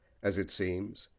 as it seems,